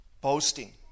boasting